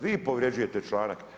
Vi povrjeđujete članak.